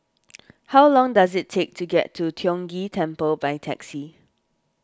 how long does it take to get to Tiong Ghee Temple by taxi